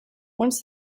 once